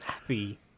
happy